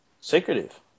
Secretive